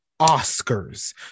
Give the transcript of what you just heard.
Oscars